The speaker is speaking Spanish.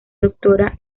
doctora